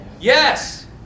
Yes